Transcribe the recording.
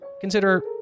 consider